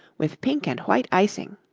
with pink and white icing.